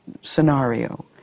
Scenario